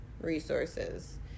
resources